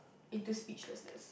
into speechlessness